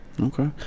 Okay